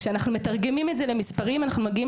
כאשר אנחנו מתרגמים את זה למספרים אנחנו מגיעים